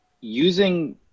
using